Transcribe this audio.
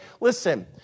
listen